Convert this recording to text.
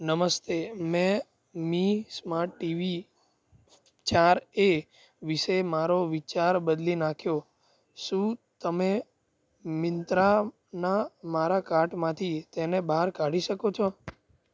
નમસ્તે મેં Mi smart TV ચાર એ વિશે મારો વિચાર બદલી નાખ્યો શું તમે મિન્ત્રાના મારા કાર્ટમાંથી તેને બહાર કાઢી શકો છો